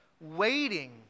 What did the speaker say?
waiting